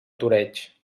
toreig